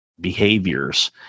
behaviors